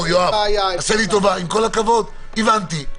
יואב, עשה לי טובה, עם כל הכבוד, הבנתי.